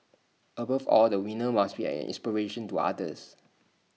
above all the winner must be an inspiration to others